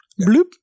Bloop